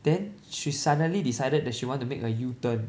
then she suddenly decided that she wanted to make a U turn